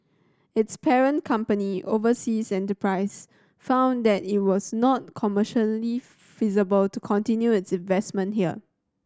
its parent company Oversea Enterprise found that it was not commercially feasible to continue its investment here